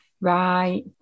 Right